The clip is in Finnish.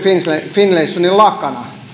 finlaysonin lakana